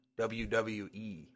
WWE